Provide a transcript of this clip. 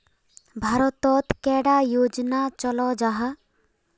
भारत तोत कैडा योजना चलो जाहा?